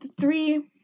three